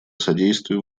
содействию